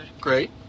Great